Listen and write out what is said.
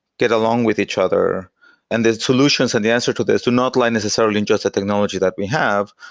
get along with each other and the solutions and the answer to this do not align necessarily in just the technology that we have,